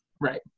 right